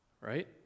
Right